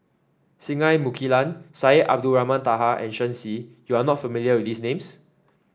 Singai Mukilan Syed Abdulrahman Taha and Shen Xi you are not familiar with these names